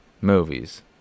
Movies